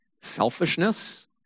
selfishness